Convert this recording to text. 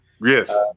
Yes